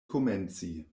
komenci